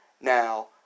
Now